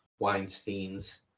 Weinsteins